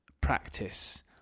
practice